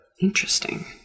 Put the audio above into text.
Interesting